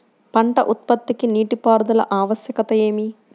పంట ఉత్పత్తికి నీటిపారుదల ఆవశ్యకత ఏమి?